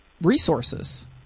resources